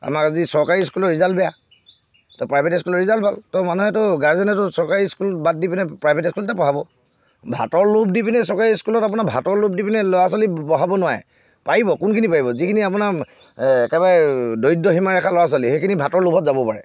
আমাৰ আজি চৰকাৰী স্কুলৰ ৰিজাল্ট বেয়া ত' প্ৰাইভেট স্কুলৰ ৰিজাল্ট ভাল ত' মানুহেতো গাৰ্জেনেতো চৰকাৰী স্কুল বাদ দি পিনে প্ৰায়ভেট স্কুলতে পঢ়াব ভাতৰ লোভ দি পিনে চৰকাৰী স্কুলত আপোনাৰ ভাতৰ লোভ দি পিনে ল'ৰা ছোৱালী বঢ়াব নোৱাৰে পাৰিব কোনখিনি পাৰিব যিখিনি আপোনাৰ একেবাৰে দৰিদ্ৰ সীমাৰেখাৰ ল'ৰা ছোৱালী সেইখিনি ভাতৰ লোভত যাব পাৰে